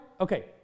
Okay